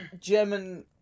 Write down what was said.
German